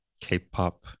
K-pop